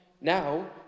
Now